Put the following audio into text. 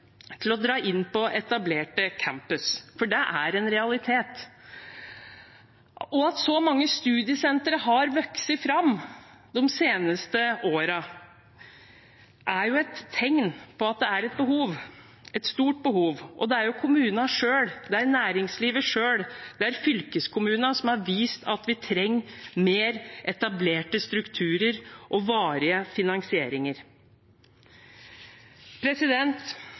til å dra inn på etablerte campuser – for det er en realitet. At så mange studiesentre har vokst fram de seneste årene, er et tegn på at det er et behov, et stort behov, og det er kommunene, det er næringslivet, det er fylkeskommunene som har vist at vi trenger mer etablerte strukturer og